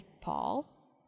Paul